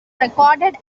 recorded